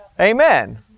Amen